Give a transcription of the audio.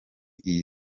iyo